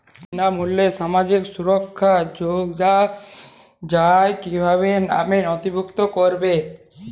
বিনামূল্যে সামাজিক সুরক্ষা যোজনায় কিভাবে নামে নথিভুক্ত করবো?